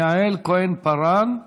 יעל כהן-פארן.